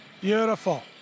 Beautiful